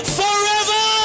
forever